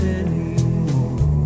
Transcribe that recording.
anymore